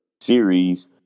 series